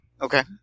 Okay